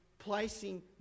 placing